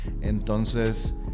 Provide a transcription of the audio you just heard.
entonces